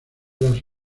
las